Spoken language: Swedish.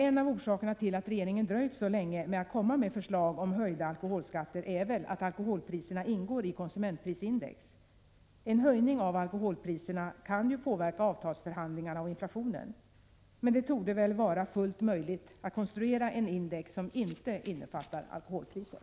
En av orsakerna till att regeringen dröjt så länge med att komma med förslag om höjda alkoholskatter är väl att alkoholpriserna ingår i konsumentprisindex. En höjning av alkoholpriserna kan påverka avtalsförhandlingarna och inflationen. Men det torde väl vara fullt möjligt att konstruera ett index som inte innefattar alkoholpriser.